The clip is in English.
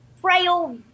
frail